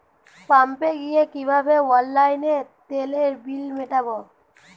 পাম্পে গিয়ে কিভাবে অনলাইনে তেলের বিল মিটাব?